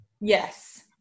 Yes